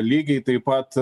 lygiai taip pat